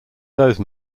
those